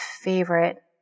favorite